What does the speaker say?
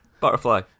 Butterfly